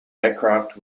aircraft